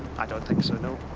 i don't think so, no.